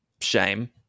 shame